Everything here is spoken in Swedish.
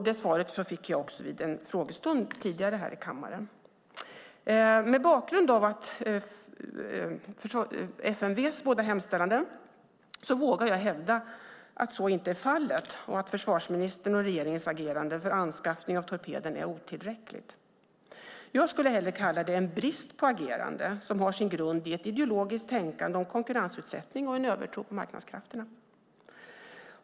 Det svaret fick jag också vid en frågestund tidigare här i kammaren. Mot bakgrund av FMV:s båda hemställningar vågar jag hävda att så inte är fallet och att försvarsministerns och regeringens agerande för anskaffning av torpeden är otillräckligt. Jag skulle hellre kalla det en brist på agerande som har sin grund i ett ideologiskt tänkande om konkurrensutsättning och en övertro på marknadskrafterna.